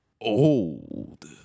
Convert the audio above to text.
old